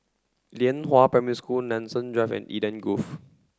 Lianhua Primary School Nanson Drive and Eden Grove